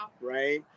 Right